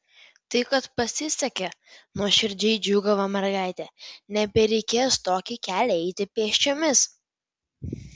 tai kad pasisekė nuoširdžiai džiūgavo mergaitė nebereikės tokį kelią eiti pėsčiomis